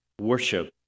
worship